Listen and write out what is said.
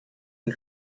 ein